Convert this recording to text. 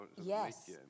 Yes